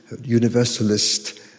universalist